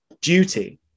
duty